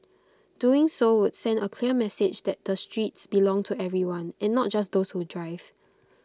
doing so would send A clear message that the streets belong to everyone and not just those who drive